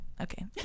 okay